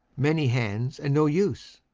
many hands and no use,